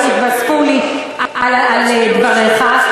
וגם יתווספו לי על דבריך.